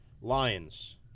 Lions